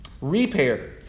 Repair